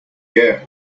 gear